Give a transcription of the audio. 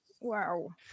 wow